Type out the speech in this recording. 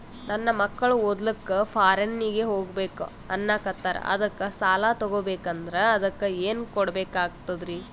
ನನ್ನ ಮಕ್ಕಳು ಓದ್ಲಕ್ಕ ಫಾರಿನ್ನಿಗೆ ಹೋಗ್ಬಕ ಅನ್ನಕತ್ತರ, ಅದಕ್ಕ ಸಾಲ ತೊಗೊಬಕಂದ್ರ ಅದಕ್ಕ ಏನ್ ಕೊಡಬೇಕಾಗ್ತದ್ರಿ?